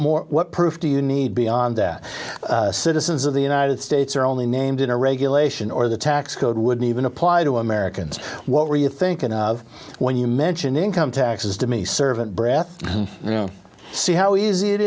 more proof do you need beyond that citizens of the united states are only named in a regulation or the tax code wouldn't even apply to americans what were you thinking of when you mention income taxes to me servant breath you know see how easy it